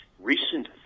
recent